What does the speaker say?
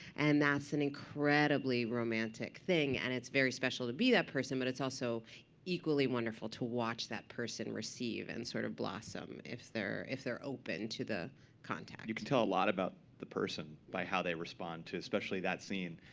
and that's an incredibly romantic thing. and it's very special to be that person. but it's also equally wonderful to watch that person receive, and sort of blossom if they're if they're open to the contact. josh groban you can tell a lot about the person by how they respond to especially that scene.